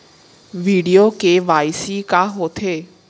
video KYC का होथे